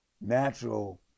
natural